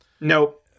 Nope